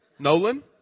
Nolan